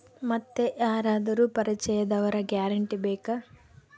ಮತ್ತೆ ಯಾರಾದರೂ ಪರಿಚಯದವರ ಗ್ಯಾರಂಟಿ ಬೇಕಾ?